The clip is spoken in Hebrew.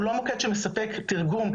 הוא לא מוקד שמספק תרגום.